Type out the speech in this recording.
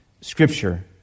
Scripture